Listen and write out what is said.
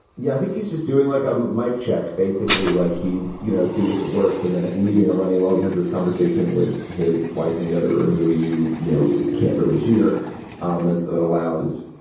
yeah, i think he's just doing like a mike check, basically, like he's, you know, seeing if it works and then leaving it running. well, he has this conversation with his wife in the other room who, you you know, you can't really hear um it. that allows